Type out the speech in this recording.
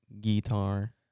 guitar